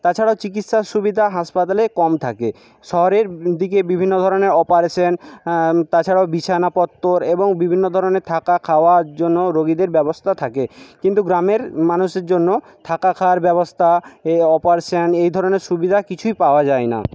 তাছাড়াও চিকিৎসার সুবিধা হাসপাতালে কম থাকে শহরের দিকে বিভিন্ন ধরনের অপারেশান তাছাড়াও বিছনাপত্তর এবং বিভিন্ন ধরণের থাকা খাওয়ার জন্য রোগীদের ব্যবস্থা থাকে কিন্তু গ্রামের মানুষের জন্য থাকা খাওয়ার ব্যবস্থা এই অপারেশান এই ধরনের সুবিধা কিছুই পাওয়া যায় না